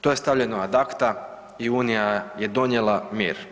To je stavljeno ad acta i Unija je donijela mir.